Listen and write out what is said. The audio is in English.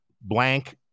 blank